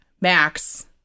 Max